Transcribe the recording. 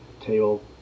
table